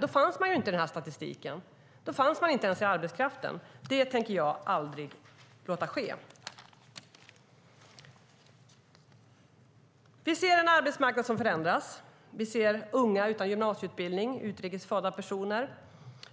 Då fanns de inte i statistiken och inte ens i arbetskraften. Det tänker jag aldrig låta ske. Vi ser en arbetsmarknad som förändras. Vi ser unga utan gymnasieutbildning och utrikes födda personer